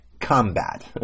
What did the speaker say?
combat